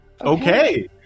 okay